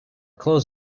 clothes